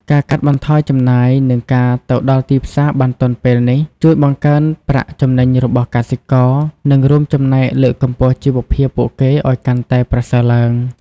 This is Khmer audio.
ការកាត់បន្ថយចំណាយ និងការទៅដល់ទីផ្សារបានទាន់ពេលនេះ ជួយបង្កើនប្រាក់ចំណេញរបស់កសិករ និងរួមចំណែកលើកកម្ពស់ជីវភាពពួកគេឲ្យកាន់តែប្រសើរឡើង។